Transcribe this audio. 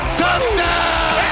touchdown